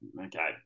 Okay